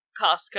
Costco